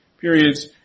periods